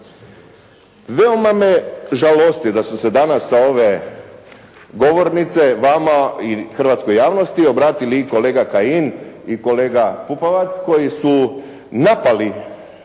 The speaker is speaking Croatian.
Veoma me žalost da su se danas sa ove govornice vama i hrvatskoj javnosti obratili i kolega Kajin i kolega Pupovac koji su napali ne ovu